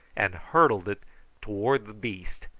and hurled it towards the beast,